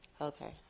Okay